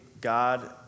God